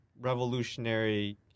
revolutionary